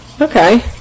Okay